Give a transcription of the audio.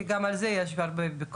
כי גם על זה יש הרבה ביקורת,